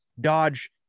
dodge